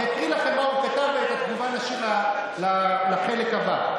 אני אקריא לכם מה הוא כתב ואת התגובה נשאיר לחלק הבא.